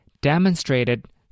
demonstrated